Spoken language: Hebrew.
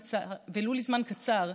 קצר,